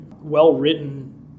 well-written